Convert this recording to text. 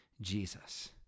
Jesus